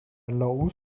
لائوس